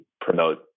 promote